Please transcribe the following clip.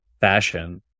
fashion